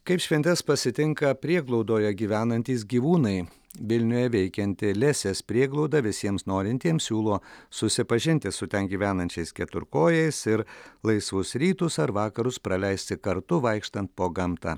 kaip šventes pasitinka prieglaudoje gyvenantys gyvūnai vilniuje veikianti lesės prieglauda visiems norintiems siūlo susipažinti su ten gyvenančiais keturkojais ir laisvus rytus ar vakarus praleisti kartu vaikštant po gamtą